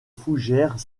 fougères